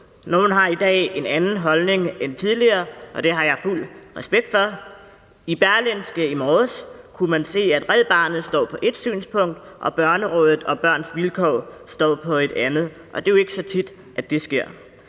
Nogle har i dag en anden holdning end tidligere, og det har jeg fuld respekt for. I Berlingske i morges kunne man se, at Red Barnet står med ét synspunkt, og at Børnerådet og Børns Vilkår står med et andet. Og det er jo ikke så tit, at det sker.